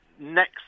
next